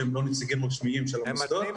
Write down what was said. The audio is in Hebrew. שהם לא נציגים רשמיים של המוסדות.